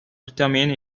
determine